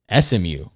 SMU